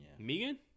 Megan